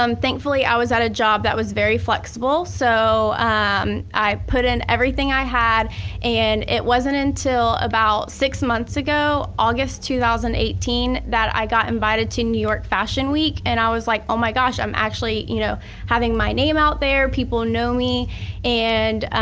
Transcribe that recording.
um thankfully i was at a job that was very flexible. so um i put in everything i had and it wasn't until about six months ago, august two thousand eighteen, that i got invited to new york fashion week and i was like, oh my gosh, i'm actually you know having my name out there, people know me and